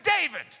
David